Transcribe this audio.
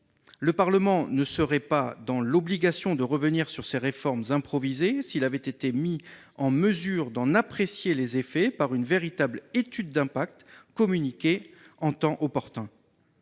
Le Parlement ne serait pas dans l'obligation de revenir sur ces réformes improvisées s'il avait été mis en mesure d'en apprécier les effets par une véritable étude d'impact communiquée en temps opportun